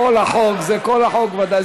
כל החוק, זה כל החוק, ודאי.